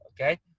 okay